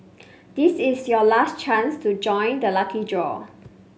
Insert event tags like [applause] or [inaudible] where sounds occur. [noise] this is your last chance to join the lucky draw